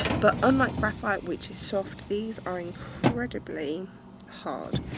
but unlike graphite which is soft, these are incredibly hard.